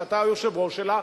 שאתה היושב-ראש שלה,